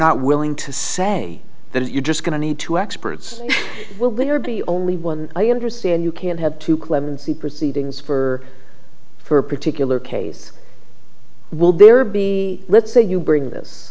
not willing to say that you're just going to need two experts will there be only one i understand you can have two clemency proceedings for for a particular case will there be let's say you bring this